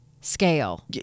scale